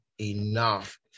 enough